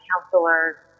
counselor